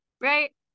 right